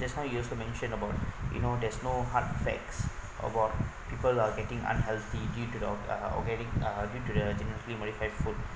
that's how you have to mention about you know there's no hard effects about people are getting unhealthy due to the uh organic uh due to the genetically modify food